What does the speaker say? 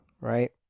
right